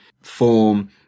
form